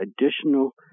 additional